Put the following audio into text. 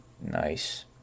nice